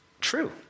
true